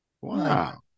Wow